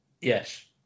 Yes